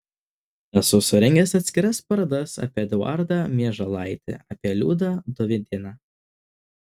esu surengęs atskiras parodas apie eduardą mieželaitį apie liudą dovydėną